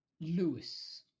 Lewis